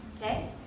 okay